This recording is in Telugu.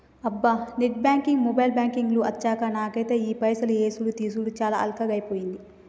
అబ్బా నెట్ బ్యాంకింగ్ మొబైల్ బ్యాంకింగ్ లు అచ్చాక నాకైతే ఈ పైసలు యేసుడు తీసాడు చాలా అల్కగైపోయింది